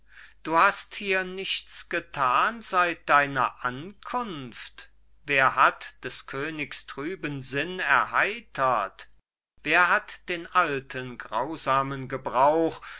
du hast hier nichts gethan seit deiner ankunft wer hat des könig trüben sinn erheitert wer hat den alten grausamen gebrauch